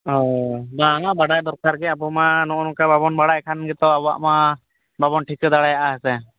ᱵᱟᱝᱟ ᱵᱟᱰᱟᱭ ᱫᱚᱨᱠᱟᱜ ᱜᱮᱭᱟ ᱟᱵᱚ ᱢᱟ ᱱᱚᱜᱼᱚ ᱱᱚᱝᱠᱟ ᱵᱟᱵᱚᱱ ᱵᱟᱲᱟᱭ ᱠᱷᱟᱱᱜᱮᱛᱚ ᱟᱵᱚᱣᱟᱜ ᱢᱟ ᱵᱟᱵᱚᱱ ᱴᱷᱤᱠᱟᱹ ᱫᱟᱲᱮᱭᱟᱜᱼᱟ ᱥᱮ